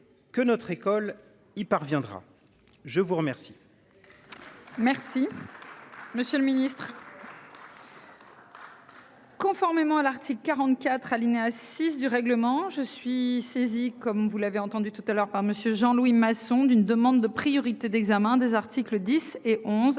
Que notre école y parviendra. Je vous remercie. Merci. Monsieur le Ministre. Conformément à l'article 44 alinéa 6 du règlement je suis saisi comme vous l'avez entendu tout à l'heure par monsieur Jean Louis Masson d'une demande de priorité d'examen des articles 10 et 11